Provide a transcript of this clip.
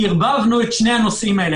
ערבבנו את שני הנושאים האלה.